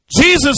Jesus